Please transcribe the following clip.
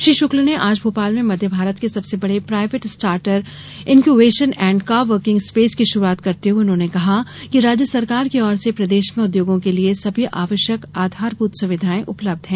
श्री शुक्ल ने आज भोपाल में मध्यभारत के सबसे बड़े private starter incubation and coworking space की शुरूआत करते हुए उन्होंने कहा कि राज्य सरकार की और से प्रदेश में उद्योगों के लिये सभी आवश्यक आधारभूत सुविधाएं उपलब्ध है